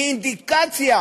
היא אינדיקציה